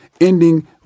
ending